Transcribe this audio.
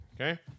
Okay